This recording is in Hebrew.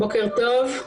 בוקר טוב.